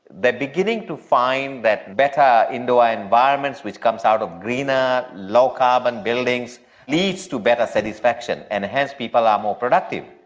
beginning to find that better indoor environments which come out of greener low carbon buildings leads to better satisfaction and hence people are more productive.